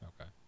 Okay